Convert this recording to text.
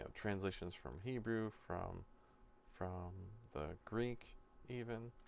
ah transitioned from hebrew from from the greek even.